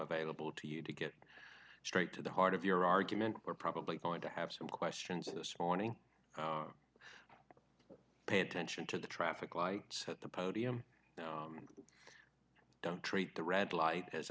available to you to get straight to the heart of your argument we're probably going to have some questions this morning pay attention to the traffic lights at the podium don't treat the red light as